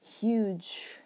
huge